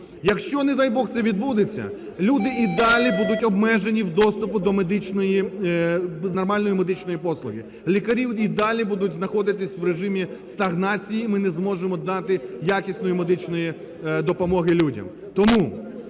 Якщо, не дай Бог, це відбудеться, люди і далі будуть обмежені в доступу до медичної… нормальної медичної послуги. Лікарі і далі будуть знаходитись в режимі стагнації, ми не зможемо дати якісної медичної допомоги людям. Тому